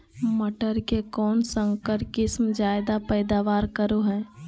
मटर के कौन संकर किस्म जायदा पैदावार करो है?